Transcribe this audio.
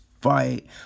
Fight